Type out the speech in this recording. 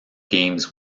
games